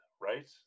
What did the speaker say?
right